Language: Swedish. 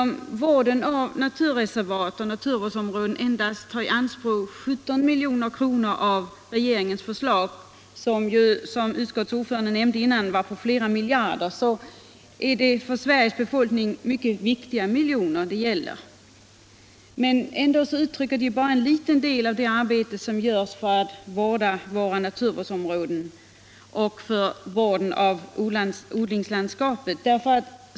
Även om naturreservat och naturvårdsområden endast tar i anspråk 17 milj.kr. av regeringens förslag vilket, som utskottets ordförande nämnda tidigare, slutar på flera miljarder, är det för Sveriges befolkning mycket viktiga miljoner det gäller. Men ändå uttrycker de bara en liten del av det arbete som utförs för att skydda våra naturvårdsområden och vårt odlingslandskap.